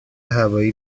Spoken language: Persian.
هوایی